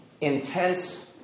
Intense